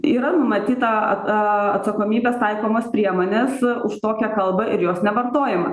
yra numatyta atsakomybės taikomos priemonės už tokią kalbą ir jos nevartojimą